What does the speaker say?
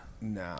No